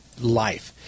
life